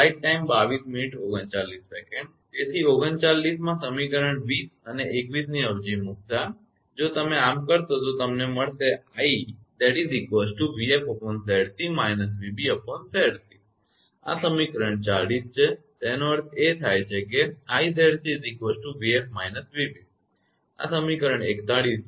તેથી 39 માં સમીકરણ 20 અને 21 ની અવેજી મૂકતા જો તમે આમ કરશો તો તમને મળશે આ સમીકરણ 40 છે તેઓ અર્થ એ થાય કે આ સમીકરણ 41 છે